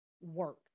work